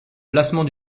placement